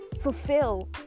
fulfill